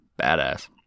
Badass